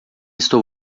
estou